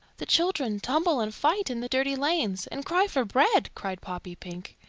the children tumble and fight in the dirty lanes, and cry for bread, cried poppypink.